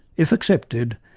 if accepted,